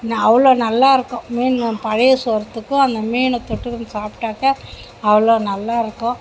நா அவ்வளோ நல்லா இருக்கும் மீன் பழைய சோற்த்துக்கும் அந்த மீனை தொட்டுக்கின்னு சாப்பிட்டாக்கா அவ்வளோ நல்லாயிருக்கும்